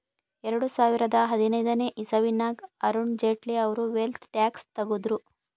ಎರಡು ಸಾವಿರದಾ ಹದಿನೈದನೇ ಇಸವಿನಾಗ್ ಅರುಣ್ ಜೇಟ್ಲಿ ಅವ್ರು ವೆಲ್ತ್ ಟ್ಯಾಕ್ಸ್ ತಗುದ್ರು